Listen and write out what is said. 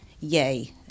yay